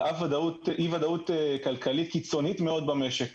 אף אי ודאות כלכלית קיצונית מאוד במשק.